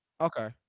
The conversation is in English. Okay